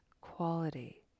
quality